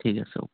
ঠিক আছে